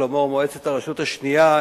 כלומר מועצת הרשות השנייה,